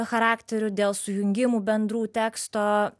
charakterių dėl sujungimų bendrų teksto